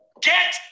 get